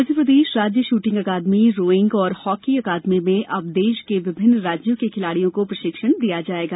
मप्र राज्य शूटिंग अकादमी रोईंग और हॉकी अकादमी में अब देश के विभिन्न राज्यों के खिलाड़ियों को प्रशिक्षण दिया जायेगा